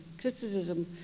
criticism